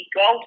go